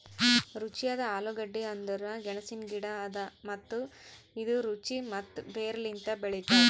ರುಚಿಯಾದ ಆಲೂಗಡ್ಡಿ ಅಂದುರ್ ಗೆಣಸಿನ ಗಿಡ ಅದಾ ಮತ್ತ ಇದು ರುಚಿ ಮತ್ತ ಬೇರ್ ಲಿಂತ್ ಬೆಳಿತಾವ್